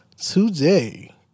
today